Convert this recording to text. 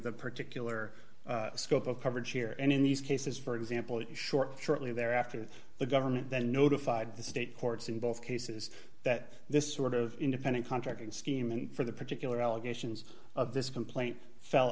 that particular scope of coverage here and in these cases for example short shortly thereafter the government then notified the state courts in both cases that this sort of independent contracting scheme and for the particular allegations of this complaint fell